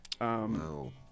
No